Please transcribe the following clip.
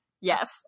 Yes